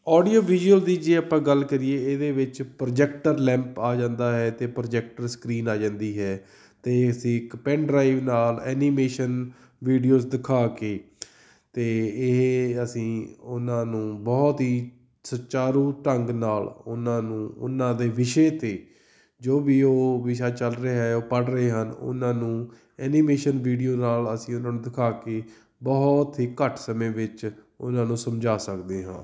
audio visual ਦੀ ਜੇ ਆਪਾਂ ਗੱਲ ਕਰੀਏ ਇਹਦੇ ਵਿੱਚ ਪ੍ਰੋਜੈਕਟਰ ਲੈਂਪ ਆ ਜਾਂਦਾ ਹੈ ਅਤੇ ਪ੍ਰੋਜੈਕਟਰ ਸਕ੍ਰੀਨ ਆ ਜਾਂਦੀ ਹੈ ਅਤੇ ਅਸੀਂ ਇੱਕ ਪੈਨ ਡਰਾਈਵ ਨਾਲ ਐਨੀਮੇਸ਼ਨ ਵੀਡੀਓਜ਼ ਦਿਖਾ ਕੇ ਅਤੇ ਇਹ ਅਸੀਂ ਉਹਨਾਂ ਨੂੰ ਬਹੁਤ ਹੀ ਸੁਚਾਰੂ ਢੰਗ ਨਾਲ ਉਹਨਾਂ ਨੂੰ ਉਹਨਾਂ ਦੇ ਵਿਸ਼ੇ 'ਤੇ ਜੋ ਵੀ ਉਹ ਵਿਸ਼ਾ ਚੱਲ ਰਿਹਾ ਉਹ ਪੜ੍ਹ ਰਹੇ ਹਨ ਉਹਨਾਂ ਨੂੰ ਐਨੀਵੇਸ਼ਨ ਵੀਡੀਓ ਨਾਲ ਅਸੀਂ ਉਹਨਾਂ ਨੂੰ ਦਿਖਾ ਕੇ ਬਹੁਤ ਹੀ ਘੱਟ ਸਮੇਂ ਵਿੱਚ ਉਹਨਾਂ ਨੂੰ ਸਮਝਾ ਸਕਦੇ ਹਾਂ